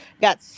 got